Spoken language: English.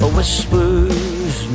Whispers